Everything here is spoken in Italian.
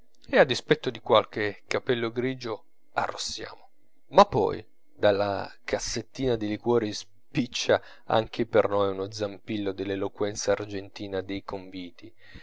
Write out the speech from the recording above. e a dispetto di qualche capello grigio arrossiamo ma poi dalla cassettina dei liquori spiccia anche per noi uno zampillo dell'eloquenza argentina dei conviti